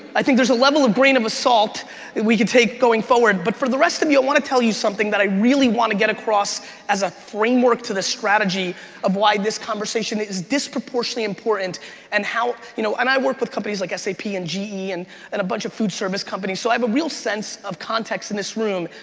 i think there's a level of grain of a salt that we can take going forward, but for the rest of you, i want to tell you something that i really want to get across as a framework to the strategy of why this conversation is disproportionately important and you know and i work with companies, like say, p and g and and a bunch of food service companies, so i have a real sense of context in this room.